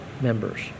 members